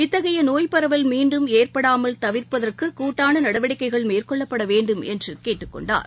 இத்தகையநோய்ப்பரவல் மீன்டும் ஏற்படாமல் தவிர்ப்பதற்குகூட்டானநடவடிக்கைகள் மேற்கொள்ளப்படவேண்டும் என்றுகேட்டுக்கொண்டார்